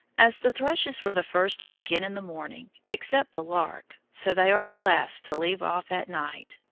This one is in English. as the thrushes were the first to begin in the morning, except the lark, so they are the last to leave off at night,